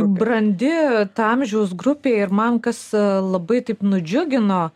brandi ta amžiaus grupė ir man kas labai taip nudžiugino